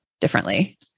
differently